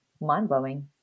mind-blowing